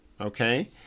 Okay